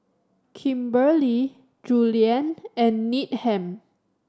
Kimberely Julianne and Needham